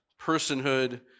personhood